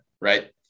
right